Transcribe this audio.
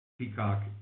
Peacock